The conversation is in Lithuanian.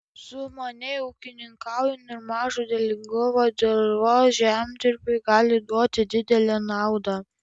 sumaniai ūkininkaujant ir mažo derlingumo dirvos žemdirbiui gali duoti didelę naudą